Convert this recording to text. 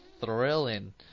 thrilling